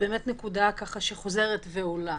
נקודה שחוזרת ועולה.